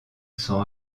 sont